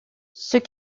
ceux